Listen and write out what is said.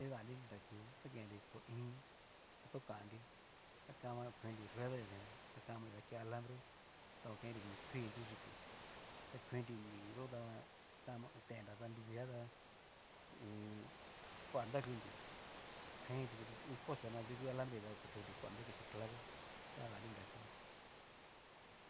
Kidanri nraku xan kenri to i in, ka tó kanrí ta kama go kenri rueda yudén ján ta kamiña ta ke alambre ta okenri ñoo kui yukú, ta kenri mí yó ta kama tenra ta nruvia tá ho u un. kua nrakunri, kaninri iin poste naoduku alambre nri ta okotunri kua nraku chin clavo ta adanri nrakú.